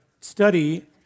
study